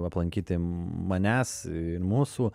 aplankyti manęs ir mūsų